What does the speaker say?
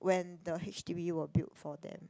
when the h_d_b were built for them